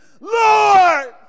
Lord